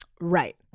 Right